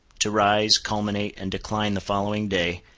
to rise, culminate, and decline the following day,